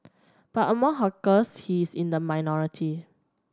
but among hawkers he is in the minority